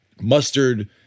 Mustard